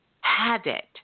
habit